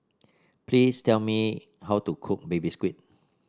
please tell me how to cook Baby Squid